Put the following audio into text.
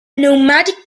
nomadic